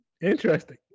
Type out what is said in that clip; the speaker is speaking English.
Interesting